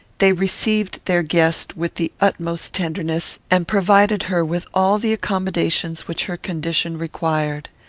they received their guest with the utmost tenderness, and provided her with all the accommodations which her condition required.